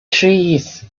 trees